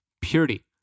purity